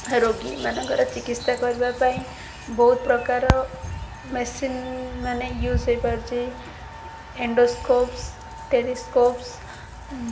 ରୋଗୀମାନଙ୍କର ଚିକିତ୍ସା କରିବା ପାଇଁ ବହୁତ ପ୍ରକାର ମେସିନ୍ମାନେ ୟୁଜ୍ ହୋଇପାରୁଛି ଏଣ୍ଡୋସ୍କୋପ୍ସ ଟେଲିସ୍କୋପ୍ସ